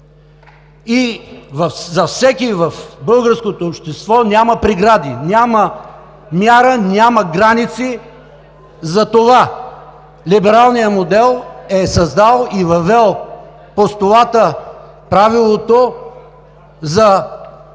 и за всеки в българското общество няма прегради, няма мяра, няма граници. Затова либералният модел е създал и взел постулата, правилото за